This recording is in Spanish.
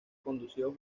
conducido